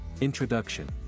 Introduction